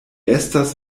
estas